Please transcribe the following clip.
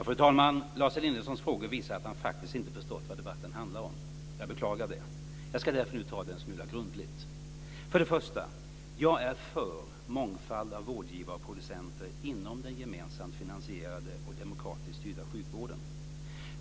Fru talman! Lars Elindersons frågor visar att han faktiskt inte har förstått vad debatten handlar om. Jag beklagar det. Jag ska därför ta upp det här en smula grundligt. För det första är jag för en mångfald av vårdgivare och producenter inom den gemensamt finansierade och demokratiskt styrda sjukvården.